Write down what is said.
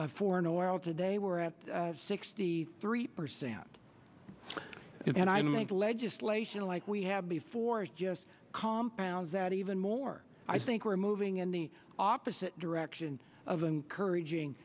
foreign oil today we're at sixty three percent and i make legislation like we had before it's just compounds that even more i think we're moving in the opposite direction of encouraging